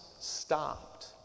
stopped